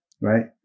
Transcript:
right